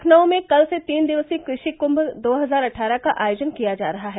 लखनऊ में कल से तीन दिवसीय कृषि कुंभ दो हजार अट्ठारह का आयोजन किया जा रहा है